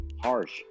harsh